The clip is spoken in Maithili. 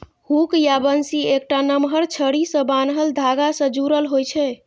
हुक या बंसी एकटा नमहर छड़ी सं बान्हल धागा सं जुड़ल होइ छै